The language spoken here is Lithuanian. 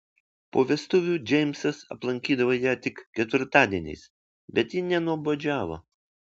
po vestuvių džeimsas aplankydavo ją tik ketvirtadieniais bet ji nenuobodžiavo